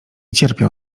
cierpiał